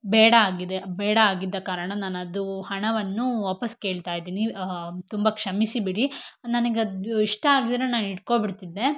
ಬೇಡ ಆಗಿದೆ ಬೇಡ ಆಗಿದ್ದ ಕಾರಣ ನಾನು ಅದು ಹಣವನ್ನು ವಾಪಸ್ ಕೇಳ್ತಾ ಇದ್ದೀನಿ ತುಂಬ ಕ್ಷಮಿಸಿ ಬಿಡಿ ನನಗ್ ಅದು ಇಷ್ಟ ಆಗಿದ್ದರೆ ನಾನು ಇಟ್ಕೊಬಿಡ್ತಿದ್ದೆ